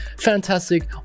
fantastic